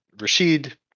Rashid